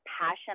passion